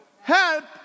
Help